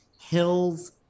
Hills